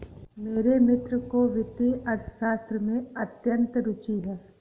मेरे मित्र को वित्तीय अर्थशास्त्र में अत्यंत रूचि है